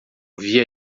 via